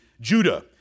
Judah